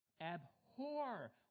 Abhor